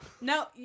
No